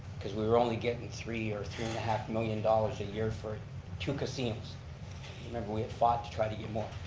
cause we were only getting three year or three and a half million dollars a year for two casinos, you remember we had fought to try to get more?